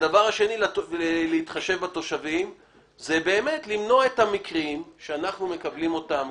דבר נוסף הוא להתחשב בתושבים ובאמת למנוע את המקרים שאנחנו מקבלים אותם